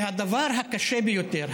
והדבר הקשה ביותר,